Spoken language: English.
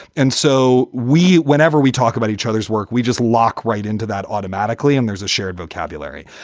and so we whenever we talk about each other's work, we just lock right into that automatically. and there's a shared vocabulary.